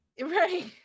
Right